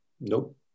Nope